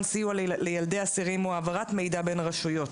סיוע לילדי אסירים הוא העברת מידע בין הרשויות.